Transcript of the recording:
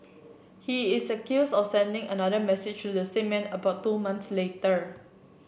he is accused of sending another message to the same man about two months later